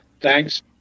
Thanks